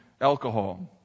alcohol